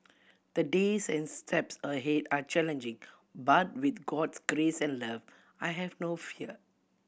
the days and steps ahead are challenging but with God's grace and love I have no fear